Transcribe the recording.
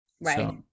Right